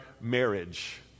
marriage